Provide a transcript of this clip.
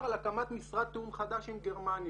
על הקמת משרד תיאום חדש עם גרמניה.